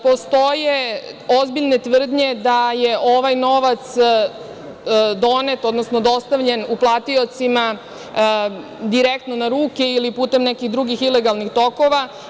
Postoje ozbiljne tvrdnje da je ovaj novac donet, odnosno dostavljen uplatiocima direktno na ruke ili putem nekih drugih ilegalnih tokova.